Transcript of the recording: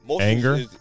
Anger